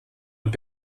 und